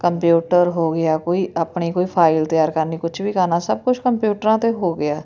computer ਹੋ ਗਿਆ ਕੋਈ ਆਪਣੀ ਕੋਈ ਫਾਈਲ ਤਿਆਰ ਕਰਨੀ ਕੁਛ ਵੀ ਕਰਨਾ ਸਭ ਕੁਛ ਕੰਪਿਊਟਰਾਂ 'ਤੇ ਹੋ ਗਿਆ